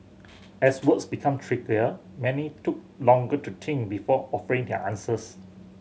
as words became trickier many took longer to think before offering their answers